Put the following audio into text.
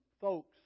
folks